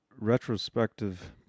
retrospective